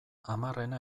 hamarrena